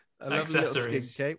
Accessories